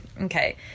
Okay